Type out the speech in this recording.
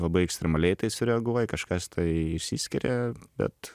labai ekstremaliai į tai sureaguoja kažkas tai išsiskiria bet